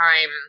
time